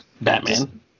Batman